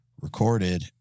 recorded